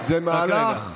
זה מהלך, רק רגע.